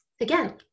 Again